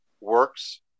works